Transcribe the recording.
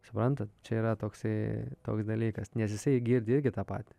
suprantat čia yra toksai toks dalykas nes jisai girdi irgi tą patį